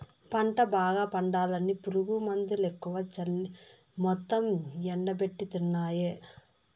పంట బాగా పండాలని పురుగుమందులెక్కువ చల్లి మొత్తం ఎండబెట్టితినాయే